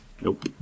Nope